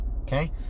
Okay